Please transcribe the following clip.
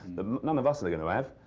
that none of us are going to have.